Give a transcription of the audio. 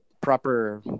proper